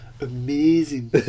amazing